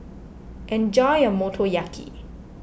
enjoy your Motoyaki